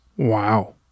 Wow